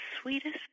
sweetest